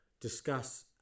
discuss